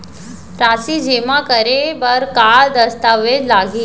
राशि जेमा करे बर का दस्तावेज लागही?